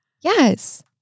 yes